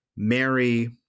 Mary